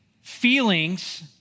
Feelings